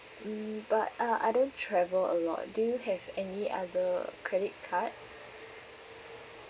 mm but uh I don't travel a lot do you have any other credit cards